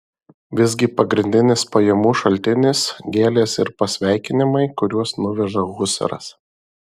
visgi pagrindinis pajamų šaltinis gėlės ir pasveikinimai kuriuos nuveža husaras